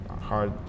hard